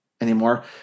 anymore